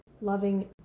loving